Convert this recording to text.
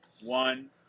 one